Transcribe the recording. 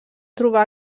trobar